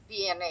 DNA